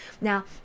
Now